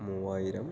മൂവായിരം